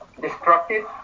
destructive